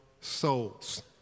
souls